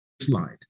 slide